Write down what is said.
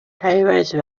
teilweise